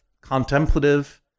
contemplative